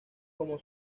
como